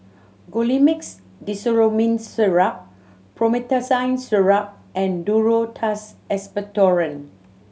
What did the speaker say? Colimix Dicyclomine Syrup Promethazine Syrup and Duro Tuss Expectorant